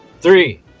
Three